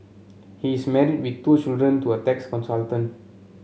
he is married with two children to a tax consultant